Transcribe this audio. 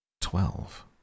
Twelve